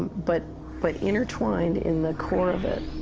but but intertwined in the core of it,